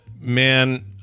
man